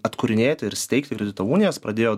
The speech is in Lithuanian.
atkūrinėti ir steigti kredito unijas pradėjo